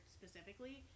specifically